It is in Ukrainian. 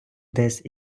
десь